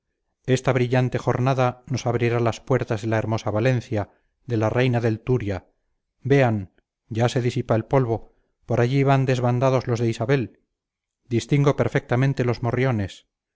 esta brillante jornada nos abrirá las puertas de la hermosa valencia de la reina del turia vean ya se disipa el polvo por allí van desbandados los de isabel distingo perfectamente los morriones